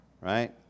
Right